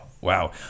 Wow